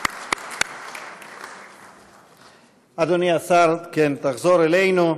(מחיאות כפיים) אדוני השר, תחזור אלינו.